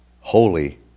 holy